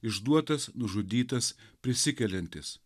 išduotas nužudytas prisikeliantis